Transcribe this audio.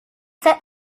set